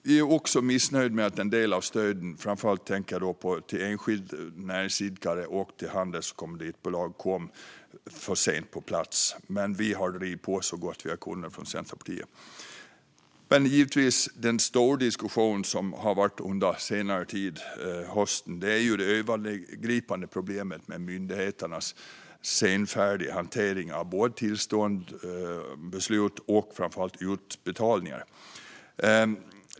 Vi är också missnöjda med att en del av stöden - då tänker jag framför allt på stöd till enskilda näringsidkare och till handels och kommanditbolag - kom för sent på plats. Men vi har från Centerpartiet drivit på så gott vi har kunnat. Den stora diskussion som har varit under hösten och under senare tid gäller givetvis det övergripande problemet med myndigheternas senfärdiga hantering av tillstånd, beslut och framför allt utbetalningar.